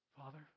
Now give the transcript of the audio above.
Father